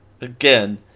again